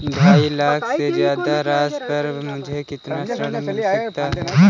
ढाई लाख से ज्यादा राशि पर मुझे कितना ऋण मिल सकता है?